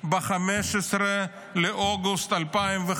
ב-15 באוגוסט 2005,